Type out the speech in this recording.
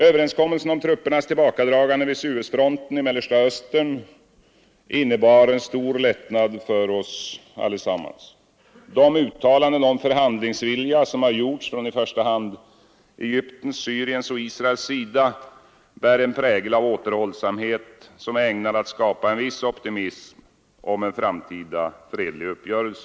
Överenskommelsen om truppernas tillbakadragande vid Suezfronten i Mellersta Östern innebar en stor lättnad för oss alla. De uttalanden om förhandlingsvilja som har gjorts från i första hand Egyptens, Syriens och Israels sida bär en prägel av återhållsamhet som är ägnad att skapa en viss optimism om en framtida fredlig uppgörelse.